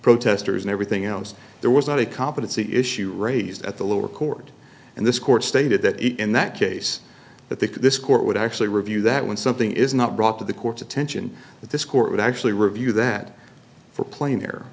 protesters and everything else there was not a competency issue raised at the lower court and this court stated that in that case that the this court would actually review that when something is not brought to the court's attention that this court would actually review that for playing there